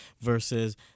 versus